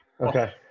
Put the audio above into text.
Okay